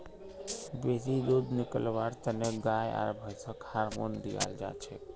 बेसी दूध निकलव्वार तने गाय आर भैंसक हार्मोन दियाल जाछेक